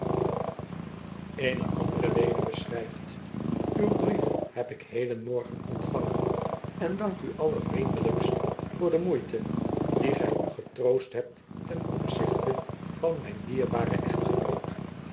eene andere weduwe schrijft uw brief heb ik hedenmorgen ontvangen en dank u allervriendelijkst voor de moeite die gij u getroost hebt ten opzichte van mijn dierbaren echtgenoot